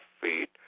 feet